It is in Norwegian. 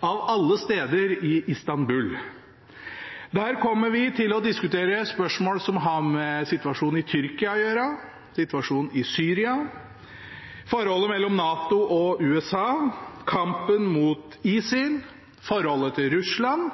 av alle steder, i Istanbul. Der kommer vi til å diskutere spørsmål som har med situasjonen i Tyrkia å gjøre, situasjonen i Syria, forholdet mellom NATO og USA, kampen mot ISIL, forholdet til Russland,